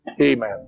Amen